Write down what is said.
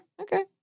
Okay